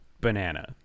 banana